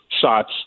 shots